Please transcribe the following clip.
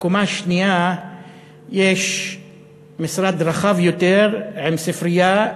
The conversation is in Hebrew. בקומה השנייה יש משרד רחב יותר עם ספרייה,